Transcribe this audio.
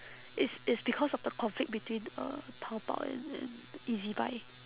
it's it's because of the conflict between uh taobao and and ezbuy